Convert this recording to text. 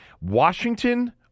Washington